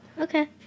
Okay